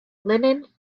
linen